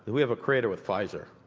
we have created with pfizer.